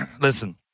listen